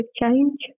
change